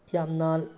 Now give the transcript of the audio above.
ꯌꯥꯝꯅ